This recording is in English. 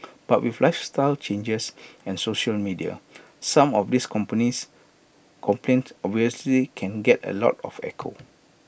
but with lifestyle changes and social media some of these companies complaint obviously can get A lot of echo